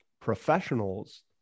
professionals